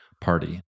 party